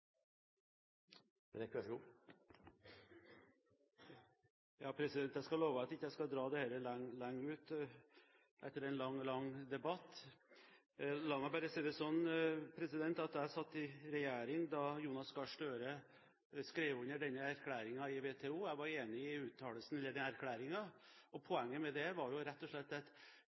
Jeg skal love at jeg ikke skal dra dette langt ut, etter en lang debatt. Jeg satt i regjering da Jonas Gahr Støre skrev under på erklæringen i WTO. Jeg var enig i uttalelsen i erklæringen, og poenget med det var at de hadde skrevet en erklæring om at